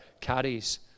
carries